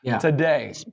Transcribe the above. today